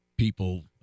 People